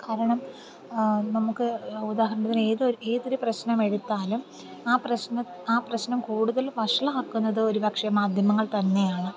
കാരണം നമുക്ക് ഉദാഹരണത്തിന് ഏത് ഏതൊരു പ്രശ്നമെടുത്താലും ആ പ്രശ്നം ആ പ്രശ്നം കൂടുതൽ വഷളാക്കുന്നത് ഒരുപക്ഷേ മാധ്യമങ്ങൾ തന്നെയാണ്